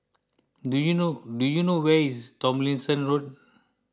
do you know do you know where is Tomlinson Road